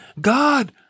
God